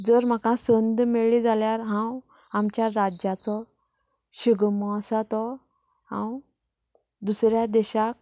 जर म्हाका संद मेळ्ळी जाल्यार हांव आमच्या राज्याचो शिगमो आसा तो हांव दुसऱ्या देशांत